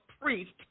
priest